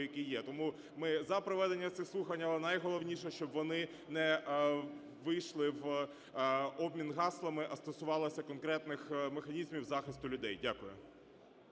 який є. Тому ми за проведення цих слухань. Але, найголовніше, щоб вони не вийшли в обмін гаслами, а стосувалися конкретних механізмів захисту людей. Дякую.